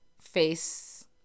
face